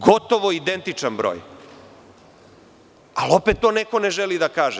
Gotovo identičan broj, ali opet to neko ne želi da kaže.